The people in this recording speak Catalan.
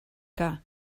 que